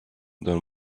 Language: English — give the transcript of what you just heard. than